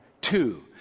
Two